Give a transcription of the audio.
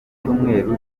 cyumweru